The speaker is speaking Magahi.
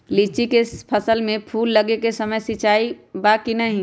लीची के फसल में फूल लगे के समय सिंचाई बा कि नही?